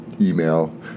email